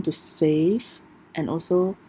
to save and also